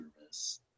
service